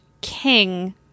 king